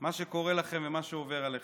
מה שקורה לכם ומה שעובר עליכם.